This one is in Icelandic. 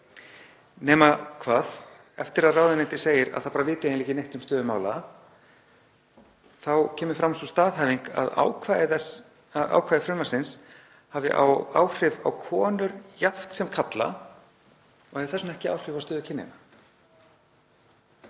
Nema hvað, eftir að ráðuneytið segir að það viti ekki neitt um stöðu mála þá kemur fram sú staðhæfing að ákvæði frumvarpsins hafi áhrif á konur jafnt sem karla og hafi þess vegna ekki áhrif á stöðu kynjanna.